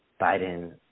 Biden